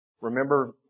Remember